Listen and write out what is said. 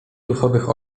duchowych